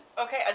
Okay